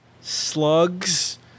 slugs